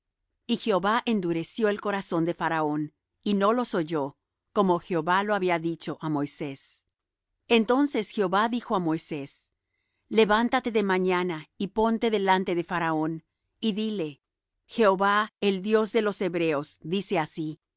y jehová endureció el corazón de faraón y no los oyó como jehová lo había dicho á moisés entonces jehová dijo á moisés levántate de mañana y ponte delante de faraón y dile jehová el dios de los hebreos dice así